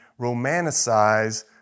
romanticize